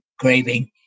craving